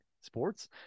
sports